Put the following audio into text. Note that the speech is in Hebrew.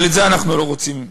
אבל את זה אנחנו לא רוצים להגיד.